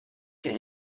can